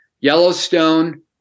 Yellowstone